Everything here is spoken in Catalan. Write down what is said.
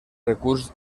recurs